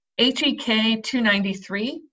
HEK-293